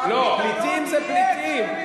פליטים זה פליטים.